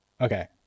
Okay